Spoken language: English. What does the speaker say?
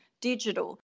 digital